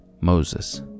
Moses